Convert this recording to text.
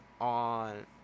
on